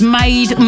made